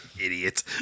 Idiot